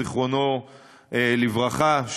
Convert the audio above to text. זיכרונו לברכה,